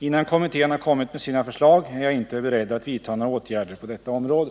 Innan kommittén har kommit med sina förslag är jag inte beredd att vidta några åtgärder på detta område.